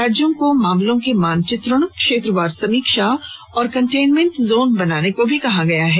राज्यों को मामलों के मानचित्रण क्षेत्रवार समीक्षा और कंटेनमेंट जोन बनाने को भी कहा गया है